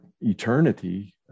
eternity